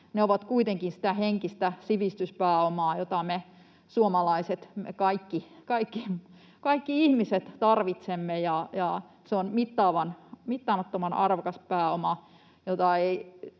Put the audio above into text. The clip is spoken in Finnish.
Ne ovat kuitenkin sitä henkistä sivistyspääomaa, jota me suomalaiset, me kaikki ihmiset, tarvitsemme, ja se on mittaamattoman arvokas pääoma,